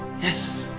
Yes